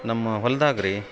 ನಮ್ಮ ಹೊಲ್ದಾಗ ರೀ